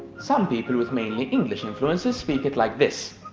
some people with mainly english influences speak it like this